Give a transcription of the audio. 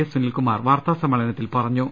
S Sunilkumar വാർത്താസ മ്മേളനത്തിൽ പറഞ്ഞു